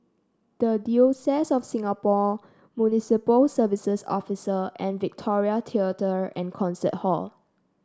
the Diocese of Singapore Municipal Services Office and Victoria Theatre and Concert Hall